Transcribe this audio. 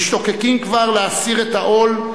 משתוקקים כבר להסיר את העול,